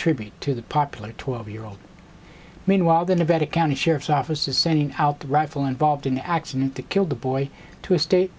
tribute to the popular twelve year old meanwhile the nevada county sheriff's office is sending out the rifle involved in the accident that killed the boy to a state